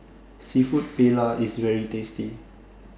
Seafood Paella IS very tasty